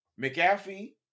mcafee